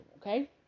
okay